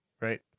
right